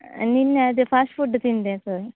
ನಿನ್ನೆ ಅದೆ fast food ತಿಂದೆ ಸೊ